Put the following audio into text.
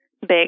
big